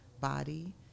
body